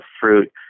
fruit